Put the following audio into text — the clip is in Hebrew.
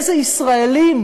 איזה ישראלים